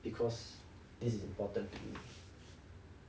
because this is important to me